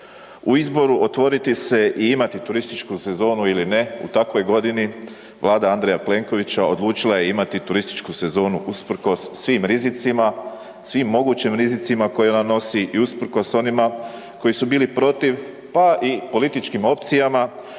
U izboru otvoriti se i imati turističku sezonu ili ne u takvoj godini, vlada Andreja Plenkovića odlučila je imati turističku sezonu usprkos svim rizicima, svim mogućim rizicima koje ona nosi i usprkos onima koji su bili protiv pa i političkim opcijama